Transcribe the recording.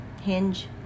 Hinge